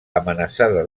amenaçada